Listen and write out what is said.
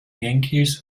yankees